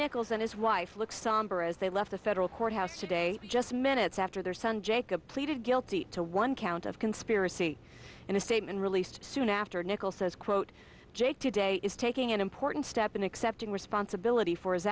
nickels and his wife look somber as they left the federal courthouse today just minutes after their son jacob pleaded guilty to one count of conspiracy in a statement released soon after nichols says quote jake today is taking an important step in accepting responsibility for his